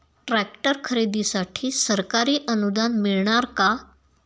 Tractor खरेदीसाठी सरकारी अनुदान मिळणार का?